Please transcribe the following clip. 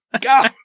go